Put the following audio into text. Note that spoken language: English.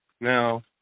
Now